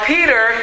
Peter